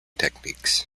techniques